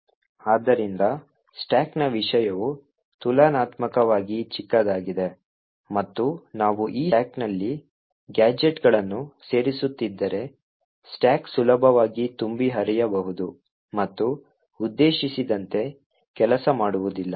ಆದ್ದರಿಂದ ಸ್ಟಾಕ್ನ ವಿಷಯವು ತುಲನಾತ್ಮಕವಾಗಿ ಚಿಕ್ಕದಾಗಿದೆ ಮತ್ತು ನಾವು ಈ ಸ್ಟ್ಯಾಕ್ನಲ್ಲಿ ಗ್ಯಾಜೆಟ್ಗಳನ್ನು ಸೇರಿಸುತ್ತಿದ್ದರೆ ಸ್ಟಾಕ್ ಸುಲಭವಾಗಿ ತುಂಬಿ ಹರಿಯಬಹುದು ಮತ್ತು ಉದ್ದೇಶಿಸಿದಂತೆ ಕೆಲಸ ಮಾಡುವುದಿಲ್ಲ